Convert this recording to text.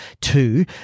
Two